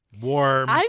warm